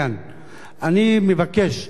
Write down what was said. אני מבקש, דורש, שואל,